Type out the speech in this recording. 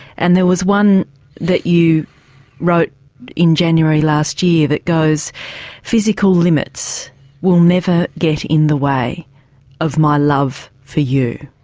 and there was one that you wrote in january last year that goes physical limits will never get in the way of my love for you.